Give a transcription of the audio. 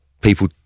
people